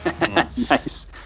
Nice